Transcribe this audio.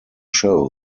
show